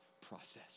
process